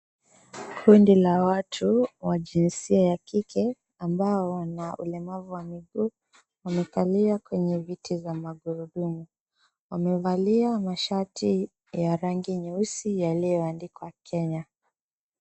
Kundi la watu wa jinsia ya kike ambao wana ulemavu wa miguu wamekalia kwenye viti za magurudumu, wamevalia mashati ya rangi nyeusi yaliondikwa Kenya.